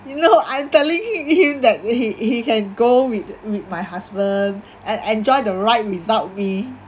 you know I'm telling him him that he he can go with with my husband and enjoy the ride without me